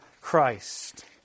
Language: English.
Christ